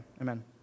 Amen